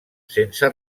sense